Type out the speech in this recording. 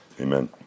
Amen